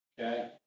Okay